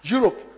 Europe